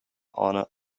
honour